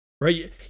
Right